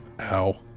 Ow